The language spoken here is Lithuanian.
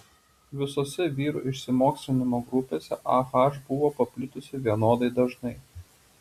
visose vyrų išsimokslinimo grupėse ah buvo paplitusi vienodai dažnai